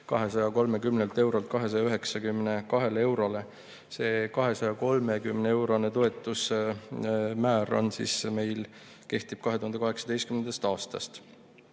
230 eurolt 292 eurole. See 230-eurone toetusmäär kehtib meil 2018. aastast.